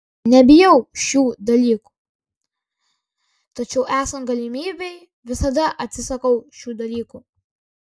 nebijau šių dalykų tačiau esant galimybei visada atsisakau šių dalykų